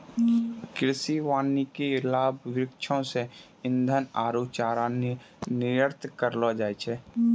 कृषि वानिकी लाभ वृक्षो से ईधन आरु चारा रो निर्यात करलो जाय छै